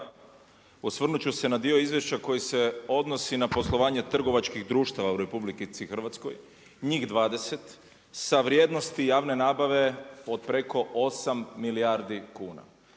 Osvrnut ću se na dio izvješća koji se odnosi na poslovanje trgovačkih društva u RH njih 20 sa vrijednosti javne nabave od preko osam milijardi kuna.